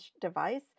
device